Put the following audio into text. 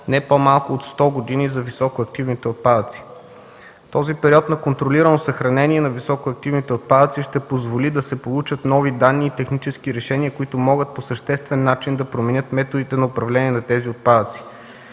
не по-малко от 100 години за високоактивните отпадъци. Този период на контролирано съхранение на високоактивните отпадъци ще позволи да се получат нови данни и технически решения, които могат по съществен начин да променят методите на управление на тези отпадъци.